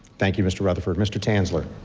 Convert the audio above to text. thank you, mr. rutherford. mr. tanzler.